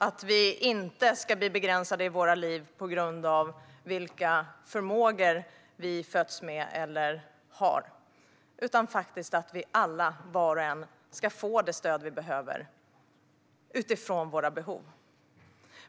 Vi ska inte bli begränsade i våra liv på grund av vilka förmågor vi föds med eller har, utan vi alla, var och en, ska få det stöd vi behöver utifrån våra behov.